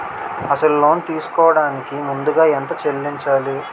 అసలు లోన్ తీసుకోడానికి ముందుగా ఎంత చెల్లించాలి?